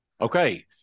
Okay